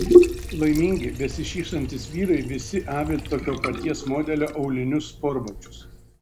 laimingi besišypsantys vyrai visi avi tokio paties modelio aulinius sportbačius